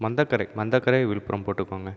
மந்தக்கரை மந்தக்கரை விழுப்புரம் போட்டுக்கோங்க